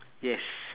yes